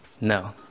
No